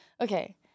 Okay